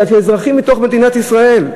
מפני שאלה אזרחים בתוך מדינת ישראל.